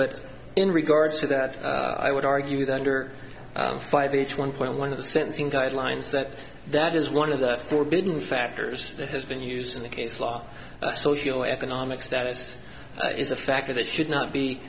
but in regards to that i would argue that under five each one point one of the sentencing guidelines that that is one of the forbidden factors that has been used in the case law social economic status is a factor that should not be